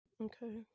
Okay